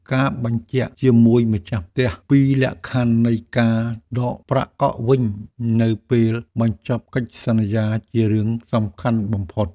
ការបញ្ជាក់ជាមួយម្ចាស់ផ្ទះពីលក្ខខណ្ឌនៃការដកប្រាក់កក់វិញនៅពេលបញ្ចប់កិច្ចសន្យាជារឿងសំខាន់បំផុត។